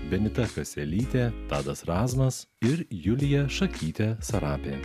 benita kaselytė tadas razmas ir julija šakytė sarapė